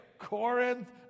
Corinth